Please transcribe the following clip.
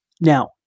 Now